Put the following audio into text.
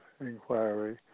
inquiry